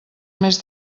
més